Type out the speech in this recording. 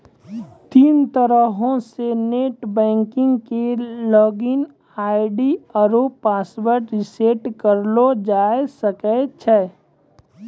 तीन तरहो से नेट बैंकिग के लागिन आई.डी आरु पासवर्ड रिसेट करलो जाय सकै छै